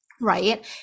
right